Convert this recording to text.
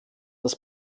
das